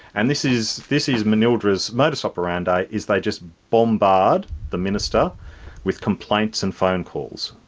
and this is this is manildra's modus operandi, is they just bombard the minister with complaints and phone calls,